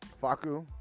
Faku